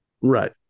right